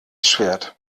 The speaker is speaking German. schwert